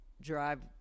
drive